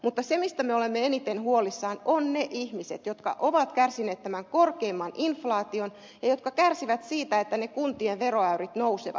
mutta se mistä me olemme eniten huolissamme on ne ihmiset jotka ovat kärsineet tästä korkeammasta inflaatiosta ja jotka kärsivät siitä että kuntien veroäyrit nousevat